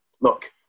look